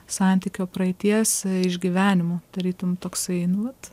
santykio praeities išgyvenimų tarytum toksai nu vat